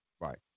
Right